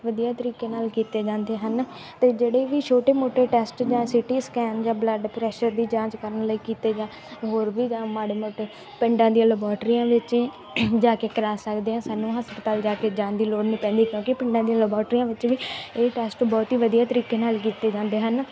ਵਧੀਆ ਤਰੀਕੇ ਨਾਲ ਕੀਤੇ ਜਾਂਦੇ ਹਨ ਅਤੇ ਜਿਹੜੇ ਕਿ ਛੋਟੇ ਮੋਟੇ ਟੈਸਟ ਜਾਂ ਸਿਟੀ ਸਕੈਨ ਜਾਂ ਬਲੱਡ ਪ੍ਰੈਸ਼ਰ ਦੀ ਜਾਂਚ ਕਰਨ ਲਈ ਕੀਤੇ ਜਾ ਹੋਰ ਵੀ ਜਾਂ ਮਾੜੇ ਮੋਟੇ ਪਿੰਡਾਂ ਦੀਆਂ ਲਬੋਟਰੀਆਂ ਵਿੱਚ ਹੀ ਜਾ ਕੇ ਕਰਾ ਸਕਦੇ ਹਾਂ ਸਾਨੂੰ ਹਸਪਤਾਲ ਜਾ ਕੇ ਜਾਣ ਦੀ ਲੋੜ ਨਹੀਂ ਪੈਂਦੀ ਕਿਉਂਕਿ ਪਿੰਡਾਂ ਦੀਆਂ ਲਬੋਰਟਰੀਆਂ ਵਿੱਚ ਵੀ ਇਹ ਟੈਸਟ ਬਹੁਤ ਹੀ ਵਧੀਆ ਤਰੀਕੇ ਨਾਲ ਕੀਤੇ ਜਾਂਦੇ ਹਨ